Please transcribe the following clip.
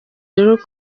rero